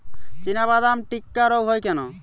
চিনাবাদাম টিক্কা রোগ হয় কেন?